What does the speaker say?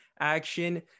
action